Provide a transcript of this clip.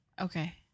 okay